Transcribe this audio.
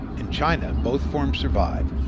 in china both forms survive,